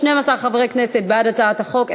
12 חברי כנסת בעד הצעת החוק,